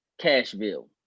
cashville